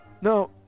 No